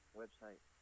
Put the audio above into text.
website